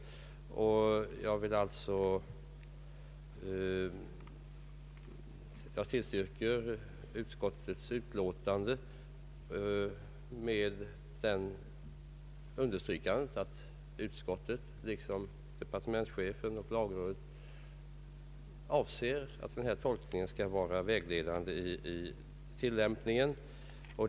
Jag ansluter mig till utskottets ståndpunkt med understrykande av att utskottet liksom departementschefen och lagrådet avser att denna tolkning skall vara vägledande vid tillämpningen.